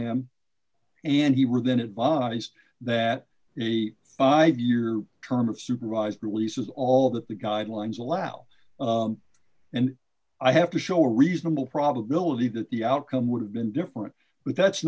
him and he were then advised that a five year term of supervised release is all that the guidelines allow and i have to show a reasonable probability that the outcome would have been different but that's